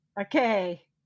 Okay